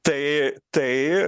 tai tai